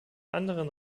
anderen